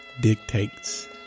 Dictates